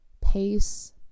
pace